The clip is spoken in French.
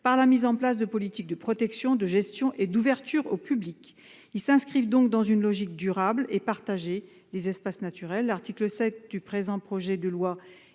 par la mise en place de politiques de protection, de gestion et d'ouverture au public. Ils s'inscrivent donc dans une logique durable et partagée des espaces naturels. L'article 7 du présent projet de loi